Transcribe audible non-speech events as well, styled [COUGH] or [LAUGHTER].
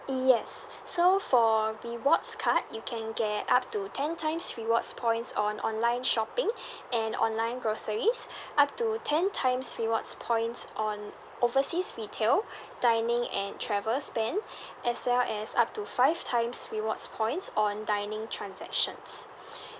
yes so for rewards card you can get up to ten times rewards points on online shopping [BREATH] and online groceries [BREATH] up to ten times rewards points on overseas retail dining and travel spend as well as up to five times rewards points on dining transactions [BREATH]